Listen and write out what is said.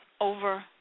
Over